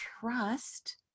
trust